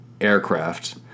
aircraft